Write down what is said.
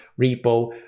repo